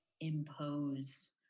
impose